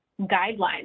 guidelines